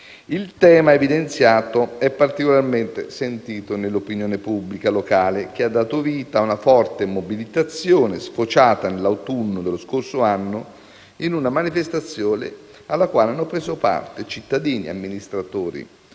Il tema evidenziato è particolarmente sentito nell'opinione pubblica locale, che ha dato vita a una forte mobilitazione sfociata nell'autunno dello scorso anno in una manifestazione alla quale hanno preso parte cittadini, amministratori